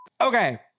Okay